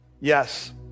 Yes